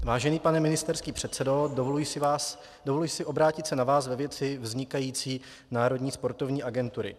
Vážený pane ministerský předsedo, dovoluji si obrátit se na vás ve věci vznikající Národní sportovní agentury.